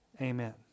Amen